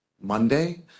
Monday